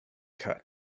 cut